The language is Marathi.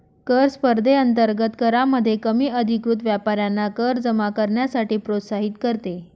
कर स्पर्धेअंतर्गत करामध्ये कमी अधिकृत व्यापाऱ्यांना कर जमा करण्यासाठी प्रोत्साहित करते